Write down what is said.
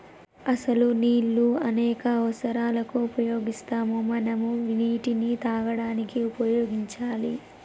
అసలు నీళ్ళు అనేక అవసరాలకు ఉపయోగిస్తాము మనం నీటిని తాగడానికి ఉపయోగించాలి